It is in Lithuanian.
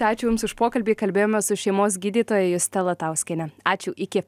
ačiū jums už pokalbį kalbėjomės su šeimos gydytoja juste latauskiene ačiū iki